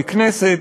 ככנסת,